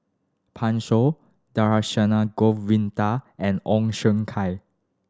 Pan Shou Dhershini Govin Winodan and Ong Siong Kai